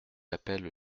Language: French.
appelle